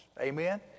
Amen